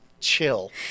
chill